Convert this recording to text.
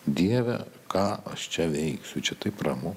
dieve ką aš čia veiksiu čia taip ramu